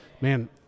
man